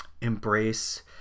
embrace